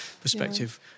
perspective